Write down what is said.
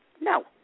No